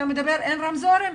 אתה מדבר על רמזורים,